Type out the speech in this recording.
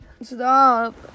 Stop